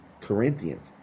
Corinthians